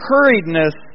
Hurriedness